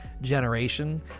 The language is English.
generation